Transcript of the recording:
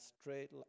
straight